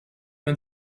und